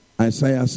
Isaiah